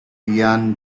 ian